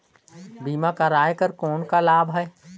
बीमा कराय कर कौन का लाभ है?